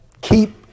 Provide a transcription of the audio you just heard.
keep